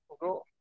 Go